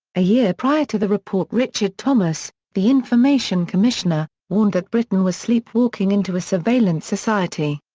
a year prior to the report richard thomas, the information commissioner, warned that britain was sleepwalking into a surveillance society.